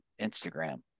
Instagram